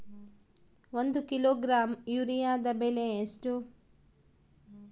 ಒಂದು ಕಿಲೋಗ್ರಾಂ ಯೂರಿಯಾದ ಬೆಲೆ ಎಷ್ಟು?